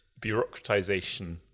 bureaucratization